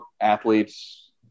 athletes